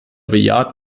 bejaht